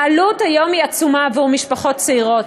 העלות היום עצומה עבור משפחות צעירות.